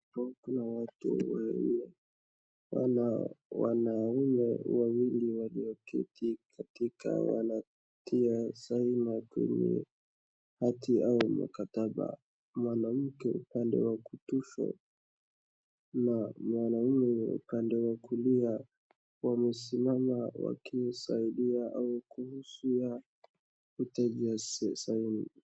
Huku kuna watu wawili, wanao wanaume wawili walioketi katika wanatia saini kwenye hati au mkataba. Mwanamke upande wa kushoto na mwanaume upande wa kulia wamesimama wakisaidia au kuhusia utiaji saini.